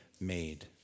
made